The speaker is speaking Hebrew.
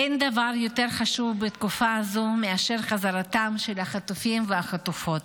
אין דבר חשוב יותר בתקופה הזאת מאשר חזרתם של החטופים והחטופות.